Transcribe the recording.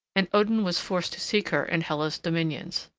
and odin was forced to seek her in hela's dominions.